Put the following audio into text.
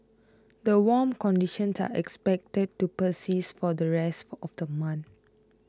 the warm are expected to persist for the rest of the month